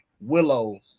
Willow